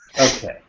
Okay